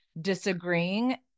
disagreeing